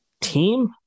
team